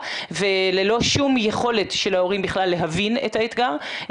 וללא שום יכולת של ההורים בכלל להבין את האתגר,